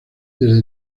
desde